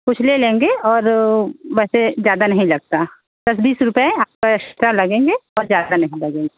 कुछ ले लेंगे और वैसे ज़्यादा नहीं लगता दस बीस रुपये आपका एक्स्ट्रा लगेंगे और ज़्यादा नहीं लगेंगे